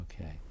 Okay